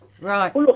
Right